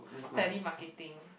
telemarketing